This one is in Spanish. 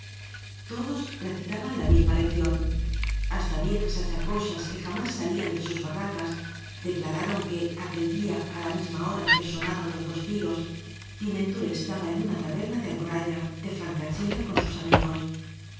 todos recitaban la misma lección hasta viejas achacosas que jamás salían de sus barra cas declararon que aquel día á la misma hora en que sonaron los dos tiros pimentó estaba en una taberna de alboraya de francachela con sus amigos